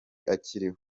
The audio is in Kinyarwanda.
akiriho